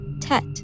Tet